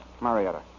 Marietta